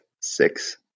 six